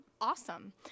Awesome